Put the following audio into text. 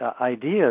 ideas